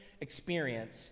Experience